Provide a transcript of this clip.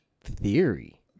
theory